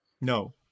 No